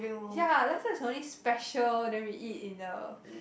ya last time it's only special then we eat in the